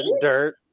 dirt